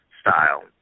style